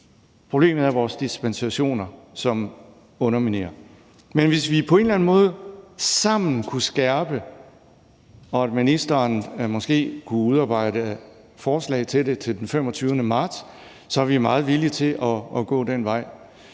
Problemet er vores dispensationer, som underminerer sommerhusprotokollen. Men hvis vi på en eller anden måde sammen kunne skærpe reglerne og ministeren måske kunne udarbejde et forslag til det til den 25. marts, så er vi meget villige til at gå den vej.